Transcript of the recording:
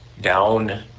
down